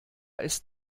ist